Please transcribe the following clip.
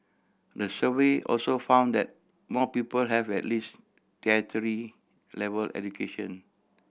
the survey also found that more people have at least tertiary level education